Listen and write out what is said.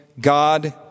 God